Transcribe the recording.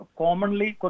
commonly